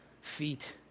feet